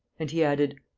and he added,